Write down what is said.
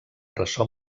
ressò